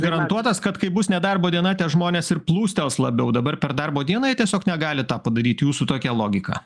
garantuotas kad kai bus nedarbo diena tie žmonės ir plūstels labiau dabar per darbo dieną jie tiesiog negali tą padaryti jūsų tokia logika